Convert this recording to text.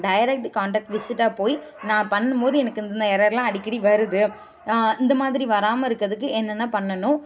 direct contact விசிட்டா போய் நான் பண்ணும்போது எனக்கு இந்த எரர்லாம் அடிக்கடி வருது இந்தமாதிரி வராமல் இருக்கிறதுக்கு என்னென்ன பண்ணணும்